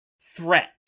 threat